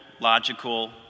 logical